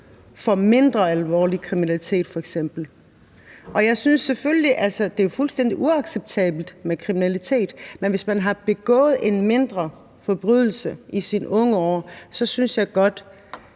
for mindre alvorlig kriminalitet f.eks. Det er jo selvfølgelig fuldstændig uacceptabelt med kriminalitet, men hvis man har begået en mindre forbrydelse i sine unge år, og hvis man